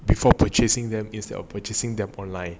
before purchasing them instead of purchasing them online